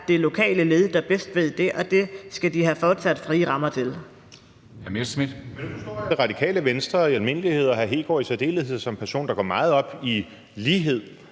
det lokale led, der bedst ved det, og det skal de fortsat have frie rammer til.